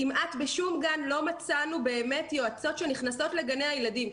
כמעט בשום גן לא מצאנו יועצות שנכנסות לגני הילדים.